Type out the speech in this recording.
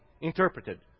interpreted